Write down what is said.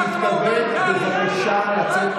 אל תגיד לי מה לעשות.